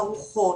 ארוחות,